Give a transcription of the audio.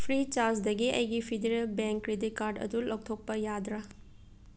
ꯐ꯭ꯔꯤꯆꯥꯔꯖꯗꯒꯤ ꯑꯩꯒꯤ federal bank credit card ꯂꯧꯊꯣꯛꯄ ꯌꯥꯗ꯭ꯔꯥ